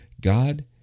God